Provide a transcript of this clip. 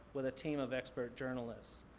with a team of expert journalists.